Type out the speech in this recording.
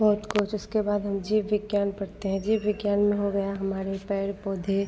बहुत कुछ उसके बाद हम जीव विज्ञान पढ़ते हैं जीव विज्ञान में हो गया हमारे पेड़ पौधे